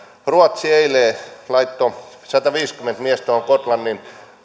ruotsi eilen laittoi sataviisikymmentä miestä gotlannin